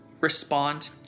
respond